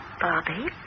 Bobby